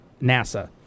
NASA